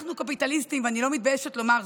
אנחנו קפיטליסטים ואני לא מתביישת לומר זאת,